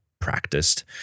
practiced